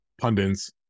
pundits